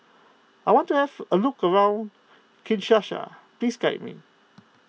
I want to have a look around Kinshasa please guide me